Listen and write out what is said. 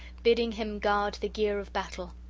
bidding him guard the gear of battle.